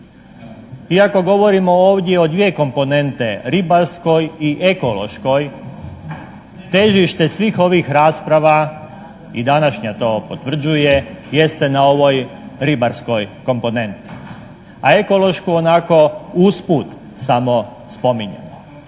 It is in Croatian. Iako govorimo ovdje o dvije komponente ribarskoj i ekološkoj težište svih ovih rasprava i današnja to potvrđuje jeste na ovoj ribarskoj komponenti, a ekološku onako usput samo spominjemo,